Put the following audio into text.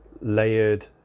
layered